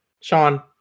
Sean